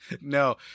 No